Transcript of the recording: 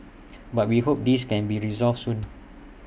but we hope this can be resolved soon